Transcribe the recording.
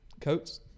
coats